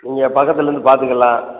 நீங்கள் பக்கத்தில் இருந்து பார்த்துக்கலாம்